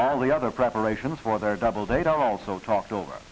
all the other preparations for their double date are also talked over